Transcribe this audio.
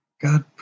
God